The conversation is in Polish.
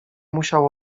musiał